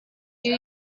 you